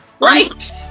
Right